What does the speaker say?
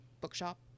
bookshop